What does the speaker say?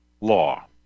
law